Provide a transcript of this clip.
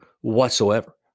whatsoever